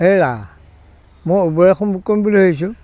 হেৰা মই উবেৰ এখন বুক কৰিম বুলি ভাবিছোঁ